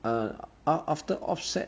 err ah after offset